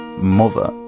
mother